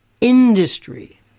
industry